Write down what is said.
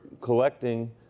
collecting